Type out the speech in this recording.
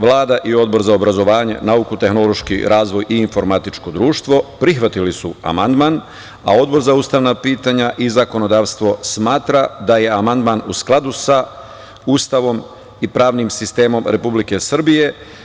Vlada i Odbor za obrazovanje, nauku i tehnološki razvoj i informatičko društvo prihvatili su amandman, a Odbor za ustavna pitanja i zakonodavstvo smatra da je amandman u skladu sa Ustavom i pravnim sistemom Republike Srbije.